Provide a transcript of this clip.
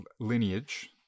lineage